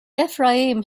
ephraim